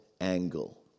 angle